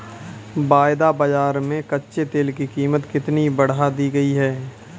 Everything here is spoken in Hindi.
वायदा बाजार में कच्चे तेल की कीमत कितनी बढ़ा दी गई है?